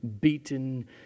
beaten